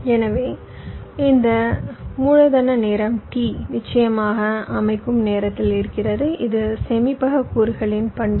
எனவே இந்த மூலதன நேரம் T நிச்சயமாக அமைக்கும் நேரத்தில் இருக்கிறது இது சேமிப்பக கூறுகளின் பண்புகள்